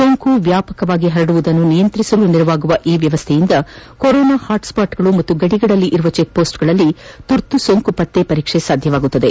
ಸೋಂಕು ವ್ಯಾಪಕವಾಗಿ ಹರಡುವುದನ್ನು ನಿಯಂತ್ರಿಸಲು ನೆರವಾಗುವ ಈ ವ್ಯವಸ್ಥೆಯಿಂದ ಕೊರೋನಾ ಹಾಟ್ಸ್ವಾಟ್ಗಳು ಮತ್ತು ಗಡಿಗಳಲ್ಲಿರುವ ಚೆಕ್ಪೋಸ್ಟ್ಗಳಲ್ಲಿ ತುರ್ತು ಸೋಂಕು ಪತ್ತೆ ಪರೀಕ್ಷೆ ಸಾಧ್ಯವಾಗಿದೆ